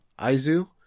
Aizu